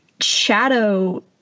shadow